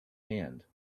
hand